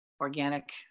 organic